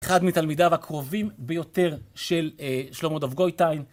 אחד מתלמידיו הקרובים ביותר של שלמה דב גויטיין.